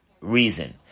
reason